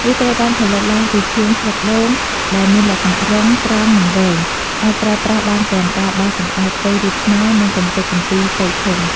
វាត្រូវបានផលិតឡើងពីធាងស្លឹកដូង ដែលមានលក្ខណៈរឹង ត្រង់ និងវែង អាចប្រើប្រាស់បានទាំងការបោសសម្អាតផ្ទៃរាបស្មើ និងកម្ទេចកំទីតូចធំ។